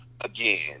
Again